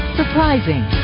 surprising